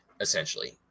essentially